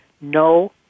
no